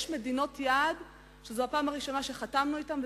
יש מדינות יעד שזאת הפעם הראשונה שחתמנו אתן,